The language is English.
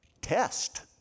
Test